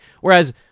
whereas